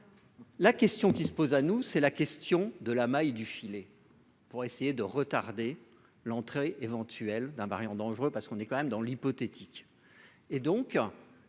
La question qui se pose à nous, c'est la question de la maille du filet. Pour essayer de retarder l'entrée éventuelle d'un variant dangereux parce qu'on est quand même dans l'hypothétique